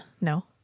No